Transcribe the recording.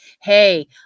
Hey